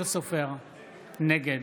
נגד